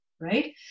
right